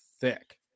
thick